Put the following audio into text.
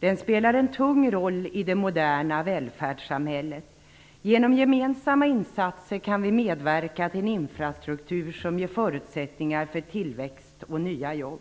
Den spelar en tung roll i det moderna välfärdssamhället. Genom gemensamma insatser kan vi medverka till en infrastruktur som ger förutsättningar för tillväxt och nya jobb.